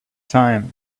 time